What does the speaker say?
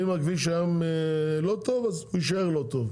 אם הכביש היום לא טוב, אז יישאר לא טוב.